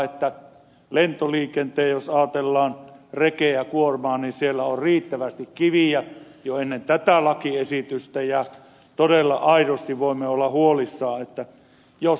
jos ajatellaan kuormaa reessä niin siellä on riittävästi kiviä jo ennen tätä lakiesitystä ja todella aidosti voimme olla huolissamme